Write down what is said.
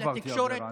לא עברתי עבירה.